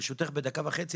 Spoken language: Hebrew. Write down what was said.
ברשותך בדקה וחצי,